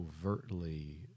overtly